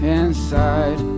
inside